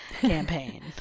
campaign